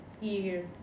year